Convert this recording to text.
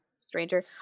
stranger